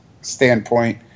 standpoint